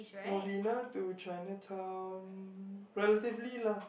Novena to Chinatown relatively lah